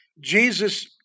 Jesus